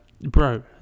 bro